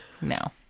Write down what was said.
No